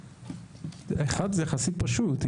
זה יחסית פשוט.